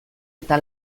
eta